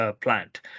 plant